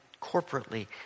corporately